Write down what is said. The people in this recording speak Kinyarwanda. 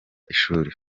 ishuri